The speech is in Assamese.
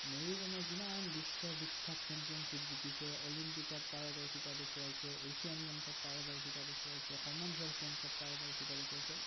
মেৰি কমে কিমান বিশ্ব বিখ্যাত চেম্পিয়নশ্বীপ জিকিছে অলিম্পিকত পাৰদৰ্শিতা দেখুৱাইছে এছিয়ান গেমচ্ত পাৰদৰ্শিতা দেখুৱাইছে কমনৱেল্থ গেমছত পাৰদৰ্শিতা দেখুৱাইছে